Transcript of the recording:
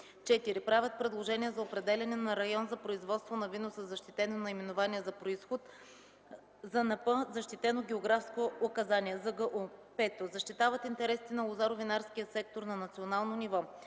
4. правят предложения за определяне на район за производство на вино със защитено наименование за произход (ЗНП)/защитено географско указание (ЗГУ); 5. защитават интересите на лозаро-винарския сектор на национално ниво;